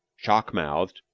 shark-mouthed,